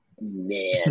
man